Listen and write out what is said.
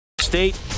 State